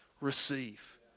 receive